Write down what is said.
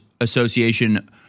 Association